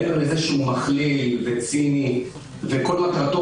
מעבר לזה שהוא מכליל וציני וכל מטרתו